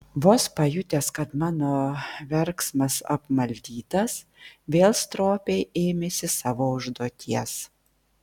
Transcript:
vos pajutęs kad mano verksmas apmaldytas vėl stropiai ėmėsi savo užduoties